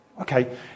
Okay